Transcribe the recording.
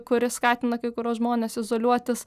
kuri skatina kai kuriuos žmones izoliuotis